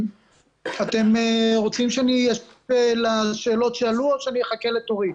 אתם רוצים שאני אענה לשאלות שעלו או שאני אחכה לתורי?